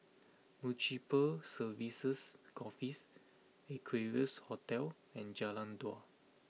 Municipal Services Office Equarius Hotel and Jalan Dua